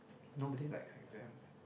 nobody likes exams